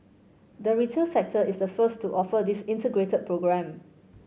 the retail sector is the first to offer this Integrated Programme